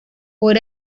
por